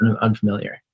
unfamiliar